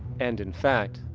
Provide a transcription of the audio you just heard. and, in fact,